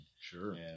sure